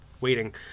waiting